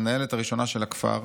המנהלת הראשונה של הכפר,